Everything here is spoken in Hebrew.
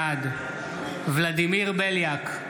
בעד ולדימיר בליאק,